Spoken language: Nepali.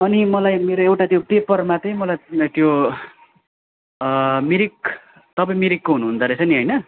अनि मलाई मेरो एउटा त्यो पेपरमा चाहिँ मलाई त्यो मिरिक तपाईँ मिरिकको हुनुहुँदो रहेछ नि होइन